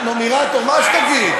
נומרטור, מה שתגיד.